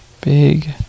big